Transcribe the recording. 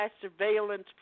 surveillance